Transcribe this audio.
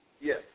Yes